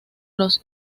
los